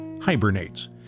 hibernates